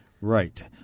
right